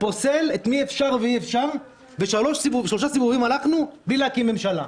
פוסל את מי אפשר ואי-אפשר ושלושה סיבובים הלכנו בלי להקים ממשלה.